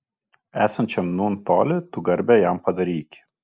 esančiam nūn toli tu garbę jam padaryki